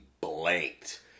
blanked